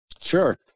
Sure